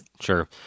sure